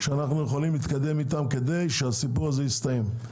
שאנו יכולים להתקדם איתן כדי שהסיפור הזה יסתיים.